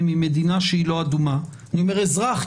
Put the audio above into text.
ממדינה שהיא לא אדומה אני אומר אזרח,